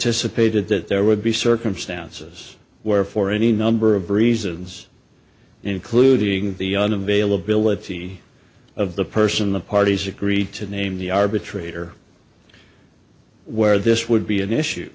supported that there would be circumstances where for any number of reasons including the un availability of the person the parties agreed to name the arbitrator where this would be an issue